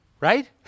right